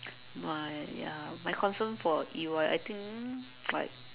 my ya my concern for E_Y I think like